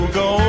go